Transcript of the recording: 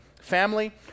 family